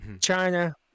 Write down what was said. China